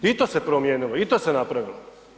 I to se promijenilo i to se napravilo.